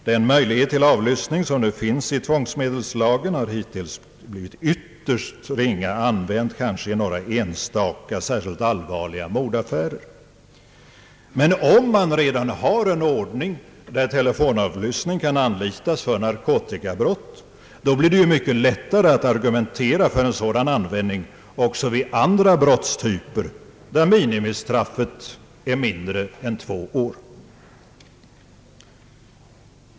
Den möjlighet till avlyssning som nu finns i tvångsmedelslagen har hittills blivit ytterst ringa använd, kanske i några enstaka särskilt allvarliga mordaffärer. Men om man redan har en ordning som innebär att telefonavlyssning kan anlitas för narkotikabrott, blir det ju mycket lättare att argumentera för en sådan användning också vid andra brottstyper där minimistraffet är mindre än två år.